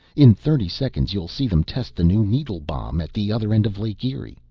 in thirty seconds you'll see them test the new needle bomb at the other end of lake erie.